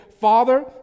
Father